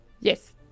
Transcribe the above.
Yes